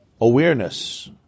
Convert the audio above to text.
awareness